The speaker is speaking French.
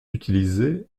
utilisé